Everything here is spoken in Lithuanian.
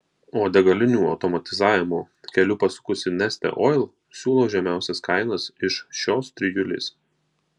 o degalinių automatizavimo keliu pasukusi neste oil siūlo žemiausias kainas iš šios trijulės